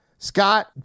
Scott